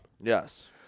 Yes